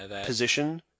position